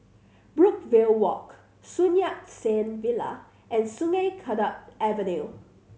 Brookvale Walk Sun Yat Sen Villa and Sungei Kadut Avenue